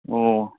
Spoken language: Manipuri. ꯑꯣ